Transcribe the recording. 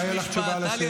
אולי תהיה לך תשובה לשאלות.